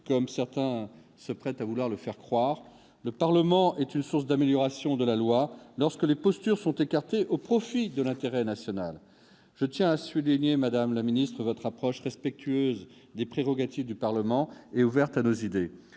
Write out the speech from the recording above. comme certains cherchent à le faire croire. Le Parlement est une source d'amélioration de la loi, lorsque les postures sont écartées au profit de l'intérêt national. Madame la ministre, je tiens à saluer votre approche respectueuse des prérogatives du Parlement et ouverte à nos idées.